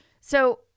So-